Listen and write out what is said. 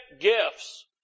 gifts